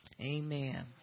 Amen